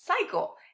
cycle